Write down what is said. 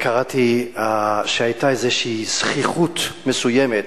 קראתי שהיתה איזושהי זחיחות מסוימת